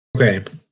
Okay